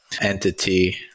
entity